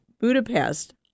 Budapest